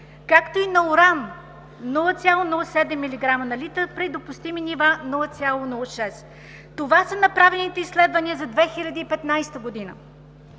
както и на уран 0,07 милиграма на литър при допустими нива 0,06. Това са направените изследвания за 2015 г.